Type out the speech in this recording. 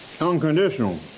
unconditional